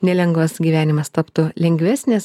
nelengvas gyvenimas taptų lengvesnis